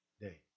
day